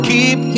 Keep